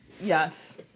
Yes